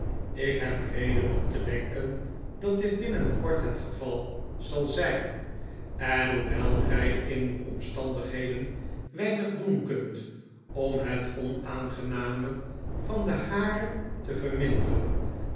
ik heb reden om te denken dat dit binnenkort het geval zal zijn en hoewel gij in uw omstandigheden weinig doen kunt om het onaangename van de hare te verminderen